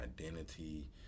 identity